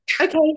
Okay